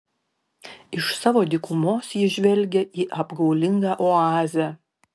iš savo dykumos ji žvelgia į apgaulingą oazę